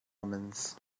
omens